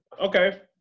okay